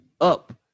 up